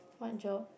what job